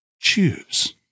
Choose